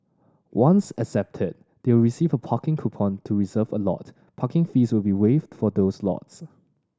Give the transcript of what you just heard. once accepted they will receive a parking coupon to reserve a lot Parking fees will be waived for these lots